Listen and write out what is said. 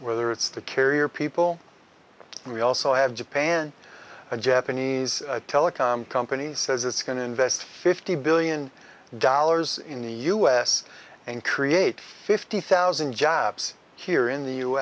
whether it's the carrier people and we also have japan japanese telecom companies says it's going to invest fifty billion dollars in the u s and create fifty thousand jobs here in the u